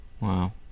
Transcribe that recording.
Wow